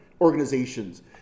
organizations